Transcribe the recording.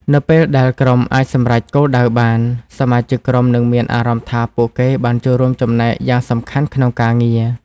នៅពេលដែលក្រុមអាចសម្រេចគោលដៅបាន សមាជិកក្រុមនឹងមានអារម្មណ៍ថាពួកគេបានចូលរួមចំណែកយ៉ាងសំខាន់ក្នុងការងារ។